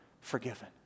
forgiven